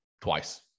twice